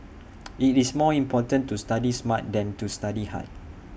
IT is more important to study smart than to study hard